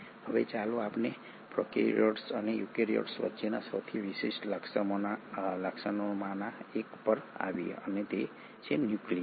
હવે ચાલો આપણે પ્રોકેરીયોટ્સ અને યુકેરીયોટ્સ વચ્ચેના સૌથી વિશિષ્ટ લક્ષણોમાંના એક પર આવીએ અને તે છે ન્યુક્લિયસ